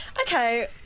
Okay